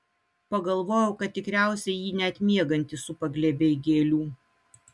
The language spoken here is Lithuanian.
pagalvojau kad tikriausiai jį net miegantį supa glėbiai gėlių